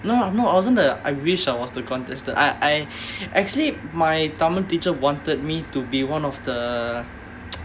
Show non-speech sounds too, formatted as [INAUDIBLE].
no no I wasn't the I wish I was the contestant I I actually my tamil teacher wanted me to be one of the [NOISE]